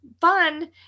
fun